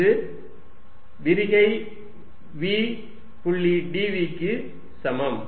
இது விரிகை v புள்ளி dv க்கு சமம்